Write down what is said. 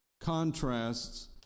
contrasts